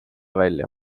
välja